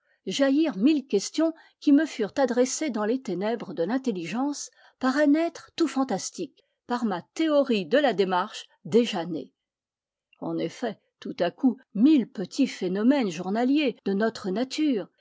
jaillirent mille questions qui me furent adressées dans les ténèbres de l'intelligence par un être tout fantastique par ma théorie de la démarche déjà née en effet tout à coup mille petits phénomènes journaliers de notre nature